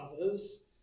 others